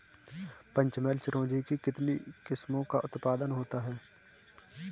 पंचमहल चिरौंजी की कितनी किस्मों का उत्पादन होता है?